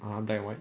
ah black and white